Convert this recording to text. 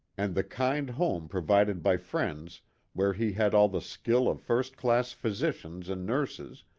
and the kind home provided by friends where he had all the skill of first-class physicians and nurses,